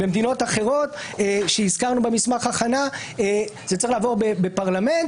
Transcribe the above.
במדינות אחרות שהזכרנו במסמך הכנה זה צריך לעבור בפרלמנט